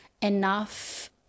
enough